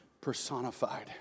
personified